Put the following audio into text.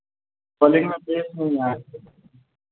bowling में base नहीं